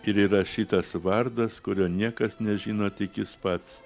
ir įrašytas vardas kurio niekas nežino tik jis pats